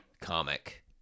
comic